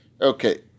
Okay